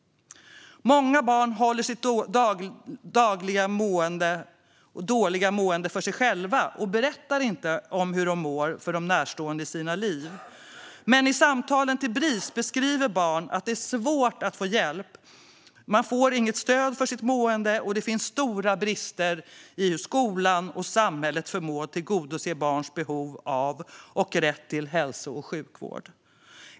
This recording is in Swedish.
Många barn håller sitt dåliga mående för sig själva och berättar inte om hur de mår för närstående i sina liv. I samtalen till Bris beskriver barn att det är svårt att få hjälp och stöd för sitt mående och det finns stora brister i hur samhället förmår tillgodose barns behov av, och rätt till, hälso­ och sjukvård.